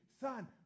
son